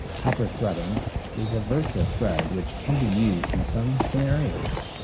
hyper-threading is a virtual thread which can be used in some scenarios.